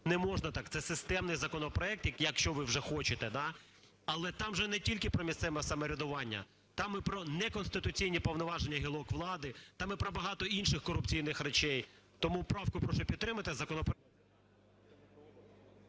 Не можна так, це системний законопроект, якщо ви вже хочете, але там же не тільки про місцеве самоврядування, там і про неконституційні повноваження гілок влади, там і про багато інших корупційних речей. Тому правку прошу підтримати…